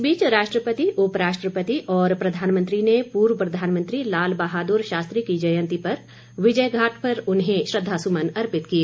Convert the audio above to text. इस बीच राष्ट्रपति उप राष्ट्रपति और प्रधानमंत्री ने पूर्व प्रधानमंत्री लाल बहाद्र शास्त्री की जयंती पर विजय घाट पर उन्हें श्रद्धा सुमन अर्पित किए